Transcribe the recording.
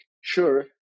sure